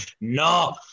No